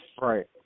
Right